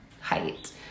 height